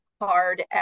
hard